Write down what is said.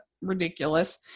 ridiculous